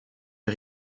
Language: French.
les